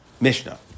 Mishnah